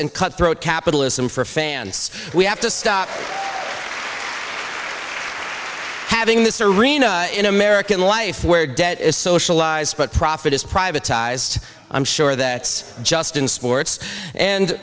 and cutthroat capitalism for fans we have to stop i having this arena in american life where debt is socialized but profit is privatized i'm sure that just in sports and